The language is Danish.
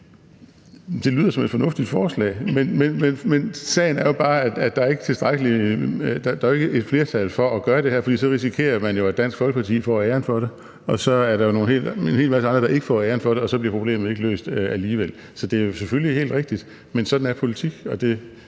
Det lyder som et fornuftigt forslag, men sagen er jo bare, at der ikke er et flertal for at gøre det her. For så risikerer man jo, at Dansk Folkeparti får æren for det, og så er der en hel masse andre, der ikke får æren for det – og så bliver problemet ikke løst alligevel. Så det er selvfølgelig helt rigtigt, men sådan er politik,